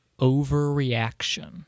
Overreaction